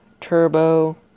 Turbo